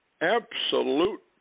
Absolute